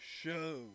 show